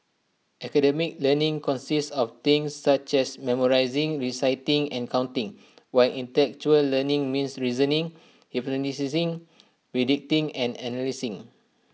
academic learning consists of things such as memorising reciting and counting while intellectual learning means reasoning hypothesising predicting and analysing